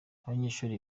abanyeshuri